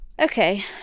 Okay